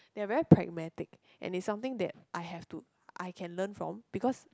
they're very pragmatic and is something that I have to I can learn from because